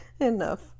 Enough